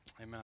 amen